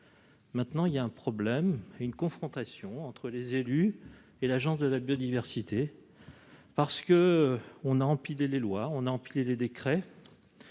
Maintenant, il y a un problème, une confrontation entre les élus et l'Agence de la biodiversité, parce que on a empilé les lois, on a empilé des décrets